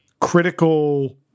critical